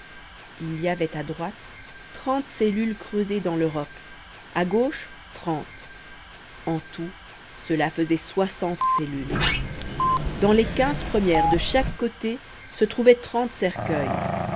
il y avait à droite trente cellules creusées dans le roc à gauche trente en tout cela faisait soixante cellules dans les quinze premières de chaque côté se trouvaient trente cercueils